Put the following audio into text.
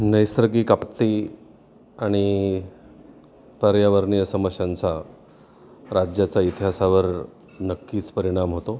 नैसर्गिक आपत्ती आणि पर्यावरणीय समस्यांचा राज्याचा इतिहासावर नक्कीच परिणाम होतो